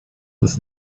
ist